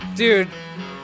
dude